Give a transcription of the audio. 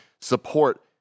support